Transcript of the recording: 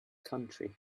country